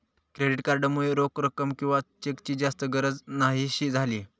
credit card मुळे रोख रक्कम किंवा चेकची जास्त गरज न्हाहीशी झाली